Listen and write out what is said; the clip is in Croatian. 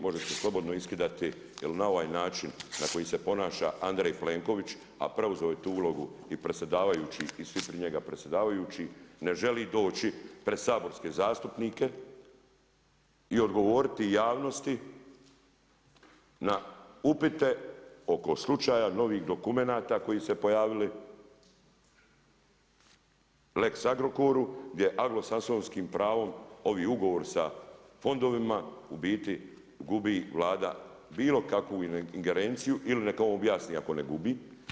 Možete slobodno iskidati, jer na ovaj način, na koji se ponaša Andrej Plenković, a preuzeo je tu ulogu i predsjedavajući i svi kraj njega predsjedavajući, ne želi doći pred saborske zastupnike i odgovoriti javnosti na upite oko slučaja novih dokumenata koji su se pojavili, lex Agrokoru, gdje anglosaksonskim pravom ovi ugovor sa fondovima, u biti gubi Vlada bilo kakvu ingerenciju ili neka ne objasni ako ne gubi.